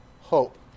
hope